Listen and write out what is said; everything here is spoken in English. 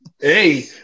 Hey